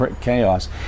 chaos